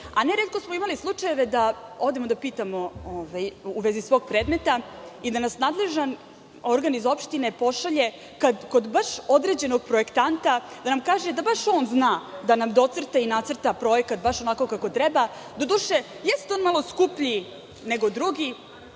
a ne retko smo imali slučajeve da odemo da pitamo u vezi svog predmeta i da nas nadležan organ iz opštine pošalje kod baš određenog projektanta, da nam kaže da baš on zna da nam docrta i nacrta projekat baš onako kako treba. Doduše, jeste on malo skuplji nego drugi,